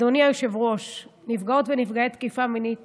אדוני היושב-ראש, נפגעות ונפגעי תקיפה מינית